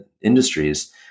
industries